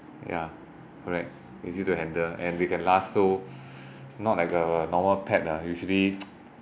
ya correct easy to handle and they can last so not like a normal pet lah usually